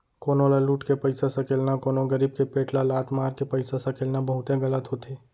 कोनो ल लुट के पइसा सकेलना, कोनो गरीब के पेट ल लात मारके पइसा सकेलना बहुते गलत होथे